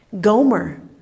Gomer